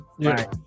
Right